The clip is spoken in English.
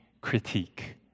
critique